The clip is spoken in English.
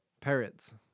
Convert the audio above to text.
Parrots